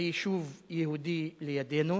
ביישוב יהודי לידנו,